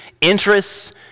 interests